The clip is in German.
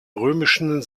römischen